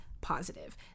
positive